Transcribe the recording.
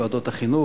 ועדת החינוך.